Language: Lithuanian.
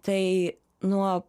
tai nuo